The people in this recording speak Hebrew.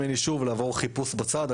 שוב לעבור חיפוש בצד.